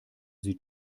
sie